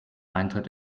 eintritt